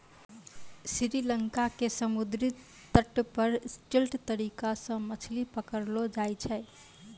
श्री लंका के समुद्री तट पर स्टिल्ट तरीका सॅ मछली पकड़लो जाय छै